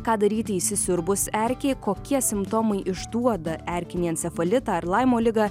ką daryti įsisiurbus erkei kokie simptomai išduoda erkinį encefalitąar laimo ligą